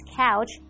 couch